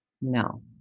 No